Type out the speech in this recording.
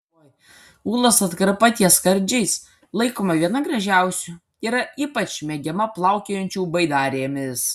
ūlos atkarpa ties skardžiais laikoma viena gražiausių yra ypač mėgiama plaukiojančių baidarėmis